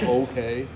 okay